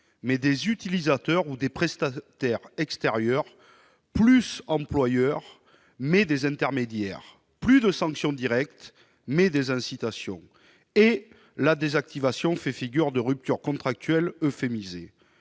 mais des « utilisateurs » ou des « prestataires extérieurs »; non plus des « employeurs », mais des « intermédiaires »; non plus des sanctions directes, mais des incitations. Et la désactivation fait figure de rupture contractuelle euphémisée.